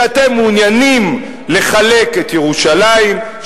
שאתם מעוניינים לחלק את ירושלים,